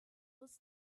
was